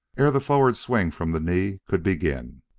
ere the forward swing from the knee could begin.